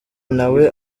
nawe